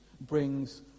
brings